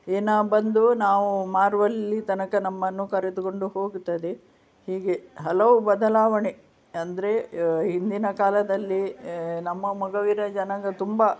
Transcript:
ಏನೋ ಬಂದು ನಾವು ಮಾರುವಲ್ಲಿ ತನಕ ನಮ್ಮನ್ನು ಕರೆದುಕೊಂಡು ಹೋಗುತ್ತದೆ ಹೀಗೆ ಹಲವು ಬದಲಾವಣೆ ಅಂದರೆ ಹಿಂದಿನ ಕಾಲದಲ್ಲಿ ನಮ್ಮ ಮೊಗವೀರ ಜನಾಂಗ ತುಂಬ